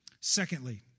secondly